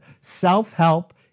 Self-help